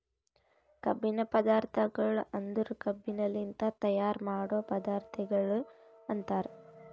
ಕಬ್ಬಿನ ಪದಾರ್ಥಗೊಳ್ ಅಂದುರ್ ಕಬ್ಬಿನಲಿಂತ್ ತೈಯಾರ್ ಮಾಡೋ ಪದಾರ್ಥಗೊಳ್ ಅಂತರ್